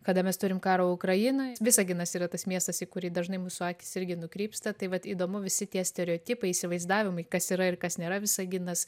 kada mes turim karą ukrainoj visaginas yra tas miestas į kurį dažnai mūsų akys irgi nukrypsta tai vat įdomu visi tie stereotipai įsivaizdavimai kas yra ir kas nėra visaginas